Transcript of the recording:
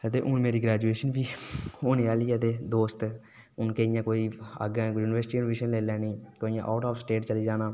ते हून मेरी ग्रैजुएशन बी होने आह्ली ऐ ते हून केइयें कोईं यूनिवर्सिटी ऐडमिशन लेई लेनी केईं ने आउट ऑफ स्टेट चली जाना